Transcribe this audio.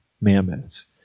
mammoths